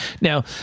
now